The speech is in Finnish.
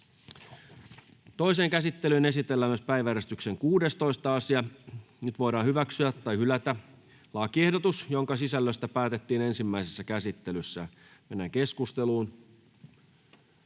Toiseen käsittelyyn esitellään päiväjärjestyksen 8. asia. Nyt voidaan hyväksyä tai hylätä lakiehdotukset, joiden sisällöstä päätettiin ensimmäisessä käsittelyssä. — Edustaja